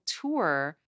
tour